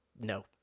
no